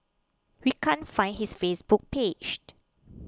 we can't find his Facebook paged